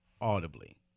audibly